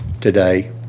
Today